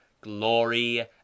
glory